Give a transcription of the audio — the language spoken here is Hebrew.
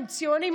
הם ציונים,